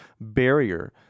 barrier